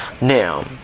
Now